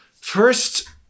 first